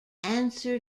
answer